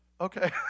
okay